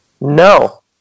No